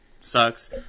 sucks